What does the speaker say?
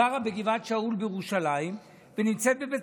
גרה בגבעת שאול בירושלים ונמצאת בבית